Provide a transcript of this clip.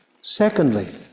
Secondly